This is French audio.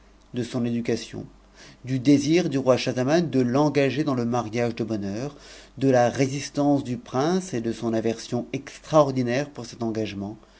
de son éducation du désir du roi sehahmm de l'engager dans le mariage de bonne heure de la résistance du pion et de son aversion extraordinaire pour cet engagement